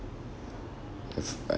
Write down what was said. I've I